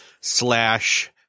slash